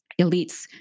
elites